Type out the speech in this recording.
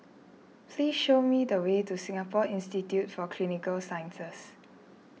please show me the way to Singapore Institute for Clinical Sciences